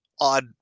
odd